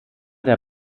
der